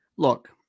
Look